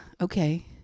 okay